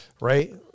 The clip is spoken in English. right